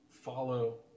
follow